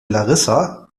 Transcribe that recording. larissa